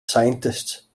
scientists